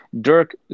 Dirk